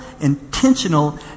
intentional